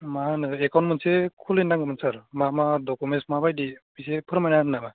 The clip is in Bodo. मा होनो एकाउन्ट मोनसे खुलि नांगौमोन सार मा मा दख'मेन्स माबायदि इसे फोरमायना होगोन नामा